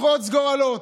לחרוץ גורלות,